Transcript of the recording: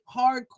hardcore